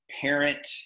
parent